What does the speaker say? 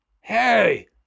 Hey